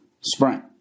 sprint